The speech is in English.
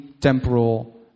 temporal